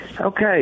Okay